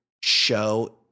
show